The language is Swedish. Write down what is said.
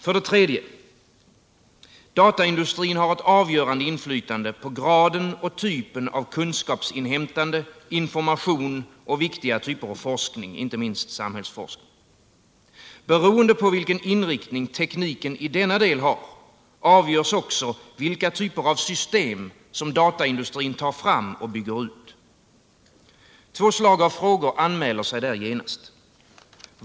För det tredje har dataindustrin ett avgörande inflytande på graden och typen av kunskapsinhämtande, information och viktiga typer av forskning, inte minst samhällsforskning. Beroende på vilken inriktning tekniken i denna del har avgörs också vilka typer av system som dataindustrin tar fram och bygger ut. Två typer av frågor anmäler sig genast.